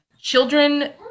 children